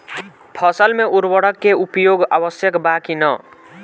फसल में उर्वरक के उपयोग आवश्यक बा कि न?